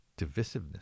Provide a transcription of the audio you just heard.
divisiveness